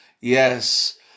Yes